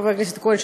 חבר הכנסת כהן,